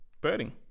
birding